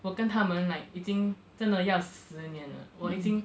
我跟他们 like 已经真的要十年了我已经